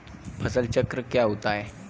फसल चक्र क्या होता है?